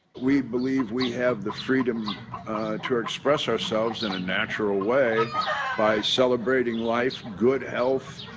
we believe we have the freedom to express ourselves in a natural way by celebrating life, good health,